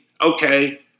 okay